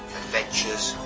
adventures